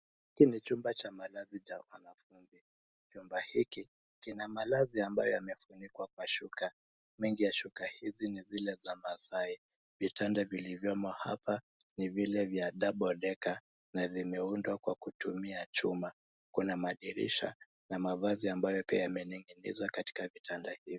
Hiki ni chumba cha malazi cha wanafunzi. Chumba hiki kina malazi ambayo yamefunikwa kwa shuka. Mengi ya shuka hizi ni zile za Maasai. Vitanda vilivyomo hapa ni vile vya double decker , na vimeundwa kwa kutumia chuma. Kuna madirisha, na mavazi ambayo pia yamening'inizwa katika vitando hivyo.